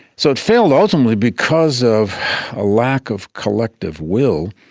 so it failed ultimately because of a lack of collective will.